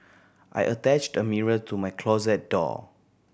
I attached a mirror to my closet door